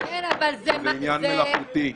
זה עניין מלאכותי.